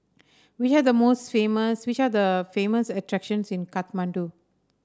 which are the most famous which are the famous attractions in Kathmandu